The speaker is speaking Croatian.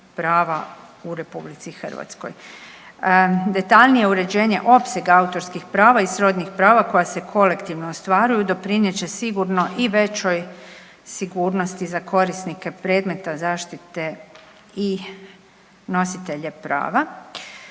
i srodnih prava u RH. Detaljnije uređenje opsega autorskih prava i srodnih prava koja se kolektivno ostvaruju doprinijet će sigurno i većoj sigurnosti za korisnike predmeta zaštite i nositelje prava.